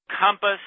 compass